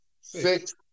Six